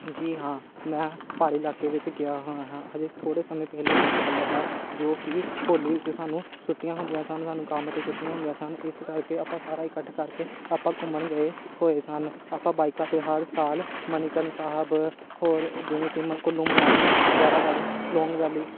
ਜੀ ਹਾਂ ਮੈਂ ਪਹਾੜੀ ਇਲਾਕੇ ਵਿੱਚ ਗਿਆ ਹਾਂ ਅਜੇ ਥੋੜ੍ਹੇ ਸਮੇਂ ਪਹਿਲੇ ਦੀ ਗੱਲ ਹੈ ਜੋ ਕਿ ਹੋਲੀ ਵਿੱਚ ਸਾਨੂੰ ਛੁੱਟੀਆਂ ਹੁੰਦੀਆਂ ਸਨ ਸਾਨੂੰ ਕੰਮ ਤੋਂ ਛੁੱਟੀਆਂ ਹੁੰਦੀਆਂ ਸਨ ਇਸ ਕਰਕੇ ਆਪਾਂ ਸਾਰਾ ਇਕੱਠ ਕਰਕੇ ਆਪਾਂ ਘੁੰਮਣ ਗਏ ਹੋਏ ਸਨ ਆਪਾਂ ਬਾਈਕਾਂ 'ਤੇ ਹਰ ਸਾਲ ਮਨੀਕਰਨ ਸਾਹਿਬ ਹੋਰ ਜਿਵੇਂ ਕਿ ਮ ਕੁੱਲੂ ਮਨਾਲੀ ਵਗੈਰਾ ਵਾਲੀ ਸਲੋਂਗ ਵੈਲੀ